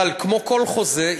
אבל כמו כל חוזה,